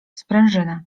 sprężynę